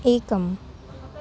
एकम्